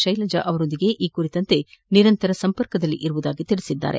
ಶೈಲಜಾ ಅವರೊಂದಿಗೆ ಈ ಕುರಿತಂತೆ ನಿರಂತರ ಸಂಪರ್ಕದಲ್ಲಿರುವುದಾಗಿ ತಿಳಿಸಿದ್ದಾರೆ